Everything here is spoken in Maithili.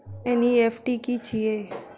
एन.ई.एफ.टी की छीयै?